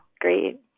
great